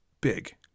big